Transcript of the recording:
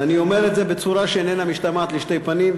אני אומר את זה בצורה שאיננה משתמעת לשתי פנים,